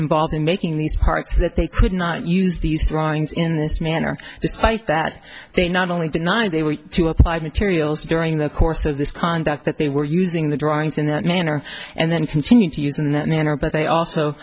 involved in making these parts that they could not use these drawings in this manner despite that they not only denied they were to applied materials during the course of this conduct that they were using the drawings in that manner and then continued to use in that manner but they also